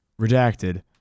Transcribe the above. Redacted